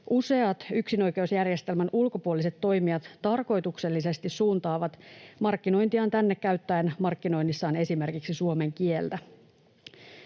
useat yksinoikeusjärjestelmän ulkopuoliset toimijat tarkoituksellisesti suuntaavat markkinointiaan tänne käyttäen markkinoinnissaan esimerkiksi suomen kieltä.